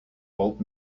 old